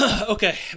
Okay